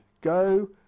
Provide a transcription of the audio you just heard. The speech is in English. go